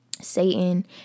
Satan